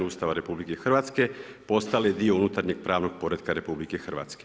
Ustava RH postale dio unutarnjeg pravnog poretka RH.